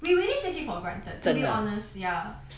we really take it for granted to be honest ya